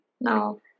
no